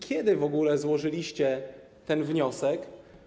Kiedy w ogóle złożyliście ten wniosek?